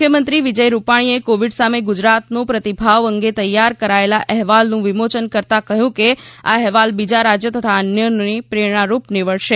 મુખ્યમંત્રી વિજય રૂપાણીએ કોવિડ સામે ગુજરાતનો પ્રતિભાવ અંગે તૈયાર કરાયેલા અહેવાલનું વિમોચન કરતા કહ્યું કે આ અહેવાલ બીજા રાજ્યો તથા અન્યોને પ્રેરણારૂપ નિવડશે